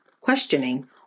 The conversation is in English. questioning